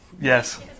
Yes